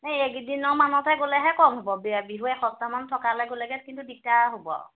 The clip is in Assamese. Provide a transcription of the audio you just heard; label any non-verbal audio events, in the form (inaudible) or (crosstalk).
(unintelligible) এই কেইদিনৰ মানতহে গ'লেহে কম হ'ব বিহু এসপ্তাহমানান থকালে গ'লেগে কিন্তু দিগদাৰ হ'ব আৰু